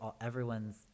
Everyone's